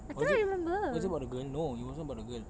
was it was it about the girl no it wasn't about the girl